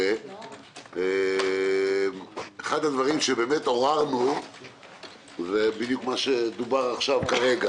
אחד הדברים שבאמת עוררנו זה בדיוק מה שדובר כרגע,